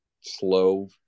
slow